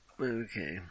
Okay